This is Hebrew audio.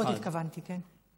הכיפות הסרוגות התכוונתי, כן?